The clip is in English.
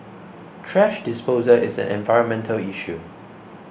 thrash disposal is an environmental issue